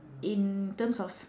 in terms of